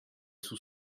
sous